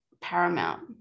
paramount